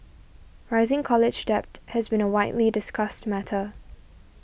rising college debt has been a widely discussed matter